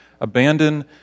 Abandon